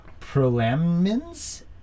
prolamins